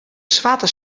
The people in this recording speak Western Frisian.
swarte